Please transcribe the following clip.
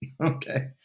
Okay